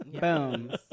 Boom